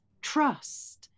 trust